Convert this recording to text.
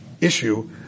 issue